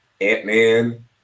Ant-Man